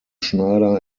schneider